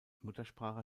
muttersprache